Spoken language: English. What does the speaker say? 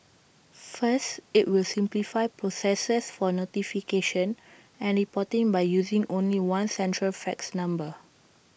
first IT will simplify processes for notification and reporting by using only one central fax number